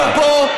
תעלו פה,